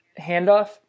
handoff